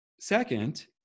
Second